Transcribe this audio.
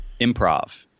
improv